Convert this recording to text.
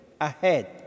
ahead